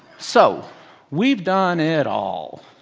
so we've done it all.